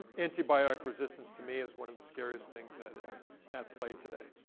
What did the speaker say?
antibiotic resistance, to me, is one of the scariest things that is at play today.